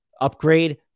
upgrade